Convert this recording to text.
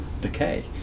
decay